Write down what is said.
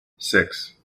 six